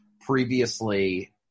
previously